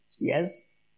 Yes